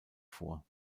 vor